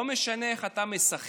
לא משנה איך אתה משחק,